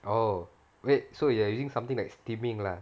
oh wait so you are using something like steaming lah